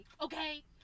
okay